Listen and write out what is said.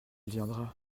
viendra